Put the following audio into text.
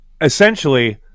Essentially